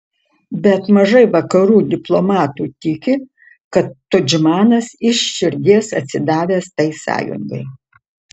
bet mažai vakarų diplomatų tiki kad tudžmanas iš širdies atsidavęs tai sąjungai